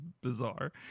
bizarre